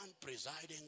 presiding